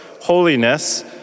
Holiness